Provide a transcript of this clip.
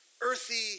earthy